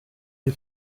les